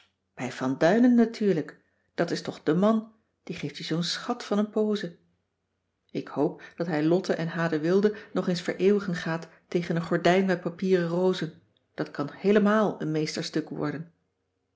bij van duinen natuurlijk dat is toch de man die geeft je zoo'n schat van een pose ik hoop dat hij lotte en h de wilde nog eens vereeuwigen gaat tegen een gordijn met papieren rozen dat kan heelemaal een meesterstuk worden